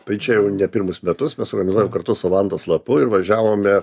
tai čia jau ne pirmus metus suorganizuojam kartu su vantos lapu ir važiavome